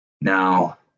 Now